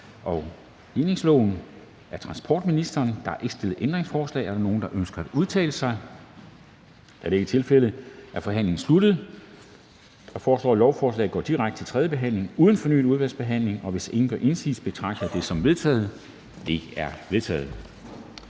Kristensen): Der er ikke stillet ændringsforslag. Er der nogen, der ønsker at udtale sig? Da det ikke er tilfældet, er forhandlingen sluttet. Jeg foreslår, at lovforslaget går direkte til tredje behandling uden fornyet udvalgsbehandling. Hvis ingen gør indsigelse, betragter jeg det som vedtaget. Det er vedtaget.